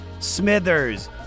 Smithers